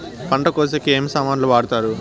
పంట కోసేకి ఏమి సామాన్లు వాడుతారు?